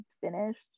finished